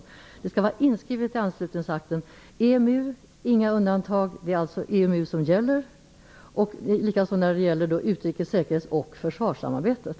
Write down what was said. Undantagen skall vara inskrivna i anslutningsakten. Det görs inga undantag i fråga om EMU. Det är alltså EMU som gäller. Detsamma gäller utrikes-, säkerhets och försvarssamarbetet.